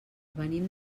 venim